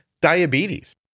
diabetes